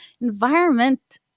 environment